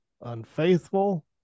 Unfaithful